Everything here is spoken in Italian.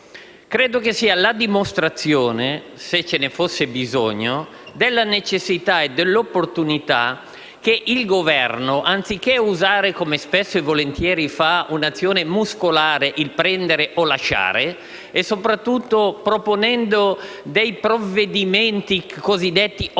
Credo sia la dimostrazione - ove mai ce ne fosse bisogno - della necessità e dell'opportunità che il Governo non usi, come spesso e volentieri fa, un'azione muscolare di prendere o lasciare, soprattutto proponendo provvedimenti cosiddetti *omnibus*.